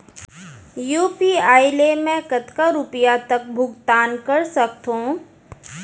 UPI ले मैं कतका रुपिया तक भुगतान कर सकथों